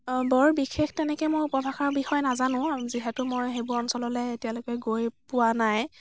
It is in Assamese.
অঁ বৰ বিশেষ তেনেকে মই উপভাষাৰ বিষয়ে নাজানো আৰু যিহেতু মই সেইবোৰ অঞ্চললে এতিয়ালৈকে গৈ পোৱা নাই